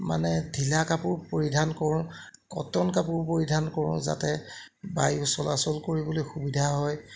মানে ঢিলা কাপোৰ পৰিধান কৰোঁ কটন কাপোৰ পৰিধান কৰোঁ যাতে বায়ু চলাচল কৰিবলৈ সুবিধা হয়